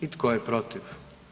I tko je protiv?